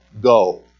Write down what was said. go